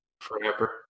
forever